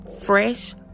fresh